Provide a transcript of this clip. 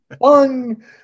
fun